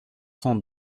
cent